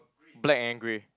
black and grey